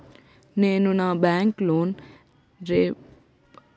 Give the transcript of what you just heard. నేను నా bike loan repayment చేయాలనుకుంటున్నా ఎలా చేయాలి?